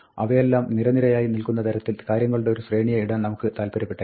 അവയെല്ലാം നിരനിരയായി നിൽക്കുന്ന തരത്തിൽ കാര്യങ്ങളുടെ ഒരു ശ്രേണിയെ ഇടാൻ നമുക്ക് താൽപര്യപ്പെട്ടേക്കാം